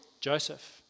Joseph